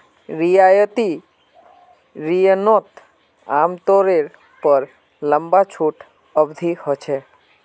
रियायती रिनोत आमतौर पर लंबा छुट अवधी होचे